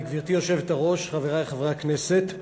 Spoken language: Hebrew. גברתי היושבת-ראש, תודה רבה, חברי חברי הכנסת,